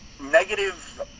Negative